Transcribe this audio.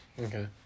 Okay